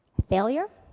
failure?